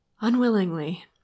Unwillingly